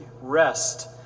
rest